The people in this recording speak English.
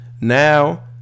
Now